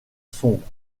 sombres